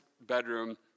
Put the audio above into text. bedroom